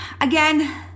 Again